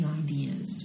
ideas